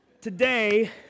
today